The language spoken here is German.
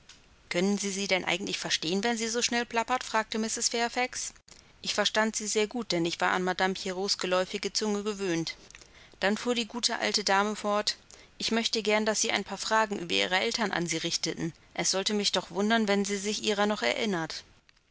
können sie sie denn eigentlich verstehen wenn sie so schnell plappert fragte mrs fairfax ich verstand sie sehr gut denn ich war an madame pierrots geläufige zunge gewöhnt dann fuhr die gute alte dame fort ich möchte gern daß sie ein paar fragen über ihre eltern an sie richteten es soll mich doch wundern ob sie sich ihrer noch erinnert